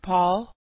Paul